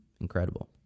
incredible